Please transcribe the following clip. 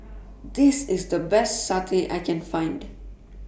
This IS The Best Satay that I Can Find